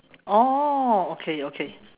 orh okay okay